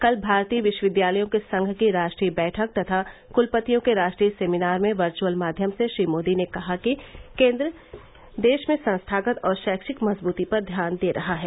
कल भारतीय विश्वविद्यालयों के संघ की राष्ट्रीय बैठक तथा कुलपतियों के राष्ट्रीय सेमिनार में र्चुअल माध्यम से श्री मोदी ने कहा कि केन्द्र देश में संस्थागत और शैक्षिक मजबूती पर ध्यान दे रहा है